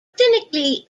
clinically